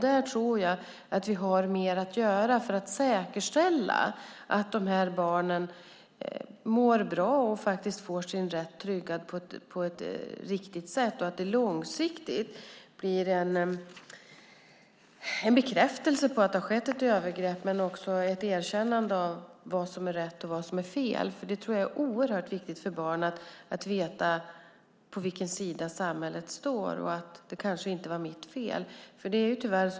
Jag tror att vi har mer att göra för att säkerställa att dessa barn mår bra och får sin rätt tryggad på rätt sätt och att det långsiktigt blir en bekräftelse på att det har skett ett övergrepp och ett erkännande av vad som är rätt och fel. Jag tror att det är oerhört viktigt för barn att veta på vilken sida samhället står och att det inte var deras fel.